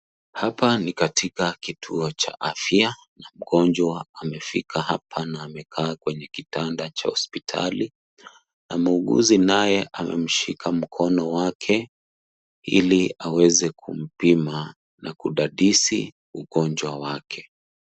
Hapa ni katika kituo cha afya na mgonjwa amefika hapa na amekaa kwenye kitanda cha hospitali. Na muuguzi naye amemshika mkono ili aweze kumpima na kudadisi ugonjwa wake.